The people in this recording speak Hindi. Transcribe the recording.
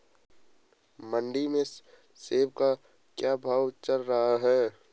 मंडी में सेब का क्या भाव चल रहा है?